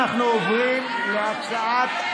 אנחנו עוברים להצעת,